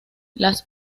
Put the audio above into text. las